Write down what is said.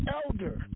elder